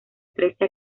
trece